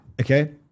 okay